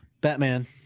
Batman